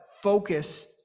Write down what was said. focus